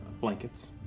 blankets